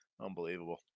Unbelievable